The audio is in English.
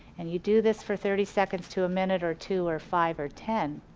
and you do this for thirty seconds to a minute or two, or five, or ten.